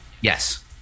Yes